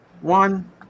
one